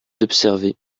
d’observer